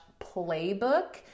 playbook